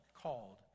called